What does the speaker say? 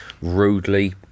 rudely